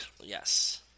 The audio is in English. Yes